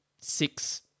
six